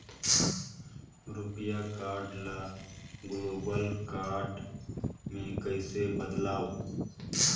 रुपिया कारड ल global card मे कइसे बदलव?